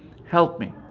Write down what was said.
helped me.